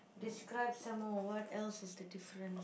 describe some more what else is the difference